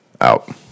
Out